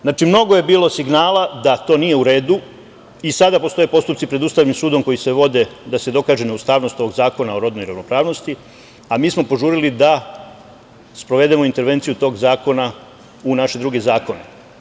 Znači, mnogo je bilo signala da to nije u redu i sada postoje postupci pred Ustavnim sudom koji se vode da se dokaže neustavnost ovog Zakona o rodnoj ravnopravnosti, a mi smo požurili da sprovedemo intervenciju tog zakona u naše druge zakone.